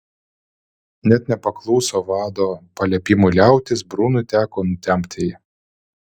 net nepakluso vado paliepimui liautis brunui teko nutempti jį